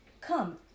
Come